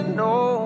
no